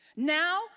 Now